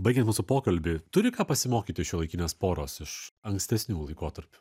baigian mūsų pokalbį turi ką pasimokyti šiuolaikinės poros iš ankstesnių laikotarpių